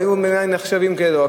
והם היו נחשבים בעיני כאלו.